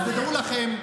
אז תדעו לכם,